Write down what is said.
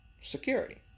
Security